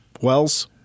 Wells